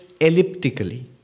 elliptically